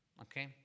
okay